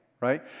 Right